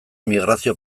migrazio